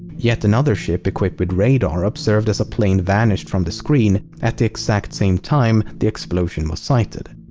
yet another ship equipped with radar observed as a plane vanished from the screen at the exact same time the explosion was sighted.